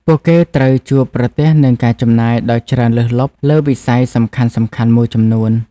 ពួកគេត្រូវជួបប្រទះនឹងការចំណាយដ៏ច្រើនលើសលប់លើវិស័យសំខាន់ៗមួយចំនួន។